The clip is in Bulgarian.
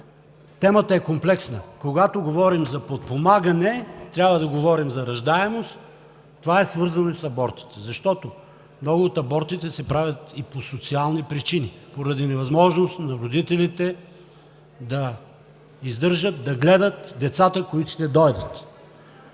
темата е комплексна. Когато говорим за подпомагане, трябва да говорим за раждаемост, а това е свързано и с абортите, защото много от абортите се правят и по социални причини, поради невъзможност на родителите да издържат, да гледат децата, които ще дойдат.